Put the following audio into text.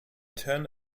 turn